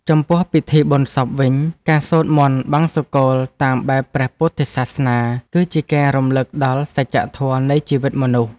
ចំពោះពិធីបុណ្យសពវិញ ការសូត្រមន្តបង្សុកូលតាមបែបព្រះពុទ្ធសាសនា គឺជាការរំលឹកដល់សច្ចធម៌នៃជីវិតមនុស្ស។